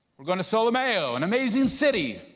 we're going to solomeo, an amazing city.